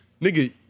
nigga